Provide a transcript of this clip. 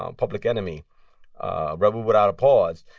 um public enemy ah rebel without a pause.